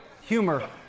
humor